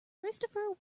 christopher